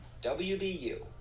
WBU